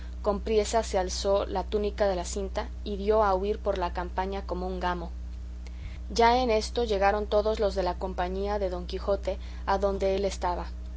con priesa se alzó la túnica a la cinta y dio a huir por la campaña como un gamo ya en esto llegaron todos los de la compañía de don quijote adonde él estaba